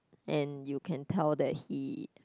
and you can tell that he